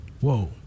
whoa